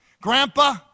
Grandpa